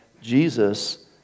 Jesus